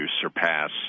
surpass